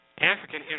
African